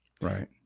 Right